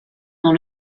dans